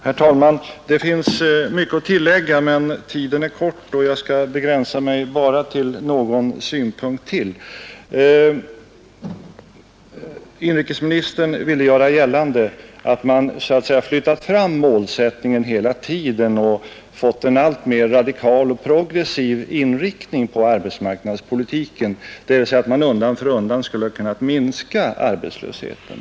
Herr talman! Det kunde vara mycket att tillägga, men tiden är knapp och jag skall därför begränsa mig till bara någon synpunkt ytterligare. Inrikesministern ville göra gällande att man hela tiden så att säga har flyttat fram målsättningen och fått en alltmer radikal och progressiv inriktning av arbetsmarknadspolitiken, dvs. att man undan för undan har kunnat minska arbetslösheten.